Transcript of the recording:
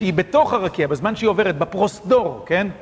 היא בתוך הרקיע, בזמן שהיא עוברת, בפרוזדור, כן?